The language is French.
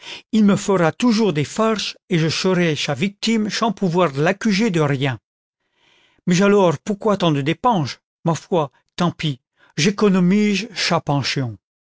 il me fera toujours des farches et je cherai cha victime chans pouvoir l'accuger de rien alors pourquoi tant de dépenches ma foi ta pis j'économige cha